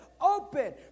open